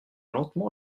lentement